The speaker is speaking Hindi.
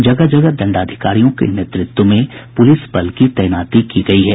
जगह जगह दंडाधिकारियों के नेतृत्व में पुलिस बल की तैनाती की गयी है